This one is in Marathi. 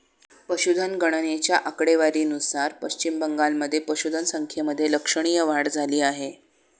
पशुधन गणनेच्या आकडेवारीनुसार पश्चिम बंगालमध्ये पशुधन संख्येमध्ये लक्षणीय वाढ झाली आहे